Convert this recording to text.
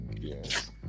Yes